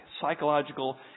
psychological